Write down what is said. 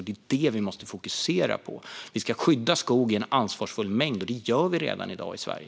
Det är detta vi måste fokusera på. Vi ska skydda skog i en ansvarsfull mängd, och det gör vi redan i dag i Sverige.